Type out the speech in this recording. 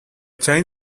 chain